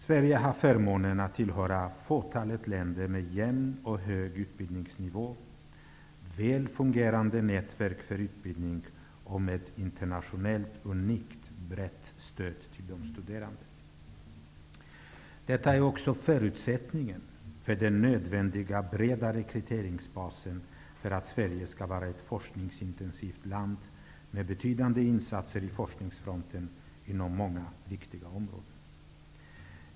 Sverige har förmånen att tillhöra det fåtal länder som har jämn och hög utbildningsnivå, väl fungerande nätverk för utbildning och internationellt sett unikt brett stöd till de studerande. Detta är förutsättningen för den breda rekryteringsbas som är nödvändig för att Sverige skall vara ett forskningsintensivt land med betydande insatser i frontforskningen inom många viktiga områden.